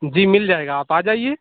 جی مل جائے گا آپ آ جائیے